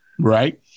right